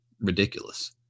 ridiculous